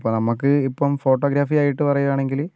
അപ്പോൾ നമുക്ക് ഇപ്പോൾ ഫോട്ടോഗ്രാഫിയായിട്ട് പറയുകയാണെങ്കിൽ